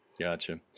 Gotcha